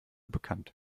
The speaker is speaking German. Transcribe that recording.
bekannt